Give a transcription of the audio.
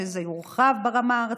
שזה יורחב לרמה הארצית,